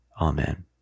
Amen